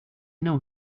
know